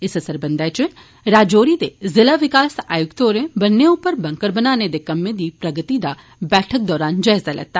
इस सरबंधै इच राजौरी दे ज़िला विकास आयुक्त होर ब'न्ने उप्पर बंकर बनाने दे कम्में दी प्रगति दा जायजा लैता